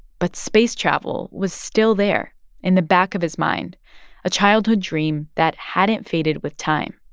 but space travel was still there in the back of his mind a childhood dream that hadn't faded with time